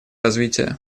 развития